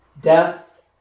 death